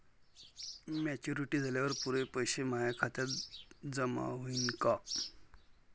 Maturity झाल्यावर पुरे पैसे माया खात्यावर जमा होईन का?